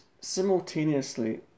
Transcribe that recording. simultaneously